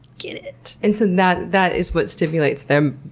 get it. and so that that is what stimulates them.